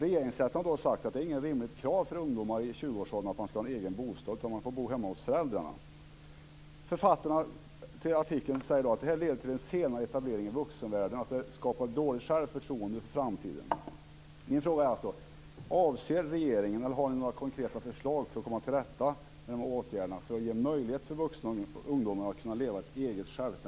Regeringsrätten har sagt att det inte är ett rimligt krav att ungdomar i 20-årsåldern skall ha egen bostad. De får bo hemma hos föräldrarna. Författarna till artikeln skriver att detta leder till en senare etablering i vuxenvärlden och skapar dåligt självförtroende för framtiden.